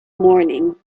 morning